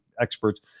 experts